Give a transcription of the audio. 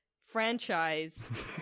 franchise